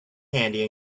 handy